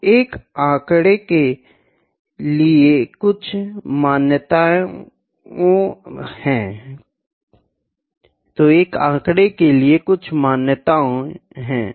तो एक आँकड़े के लिए कुछ मान्यताओं हैं